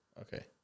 Okay